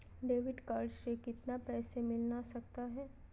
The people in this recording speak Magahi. डेबिट कार्ड से कितने पैसे मिलना सकता हैं?